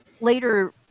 later